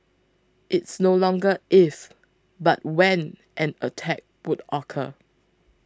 it's no longer if but when an attack would occur